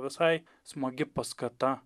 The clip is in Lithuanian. visai smagi paskata